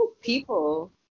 People